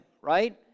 right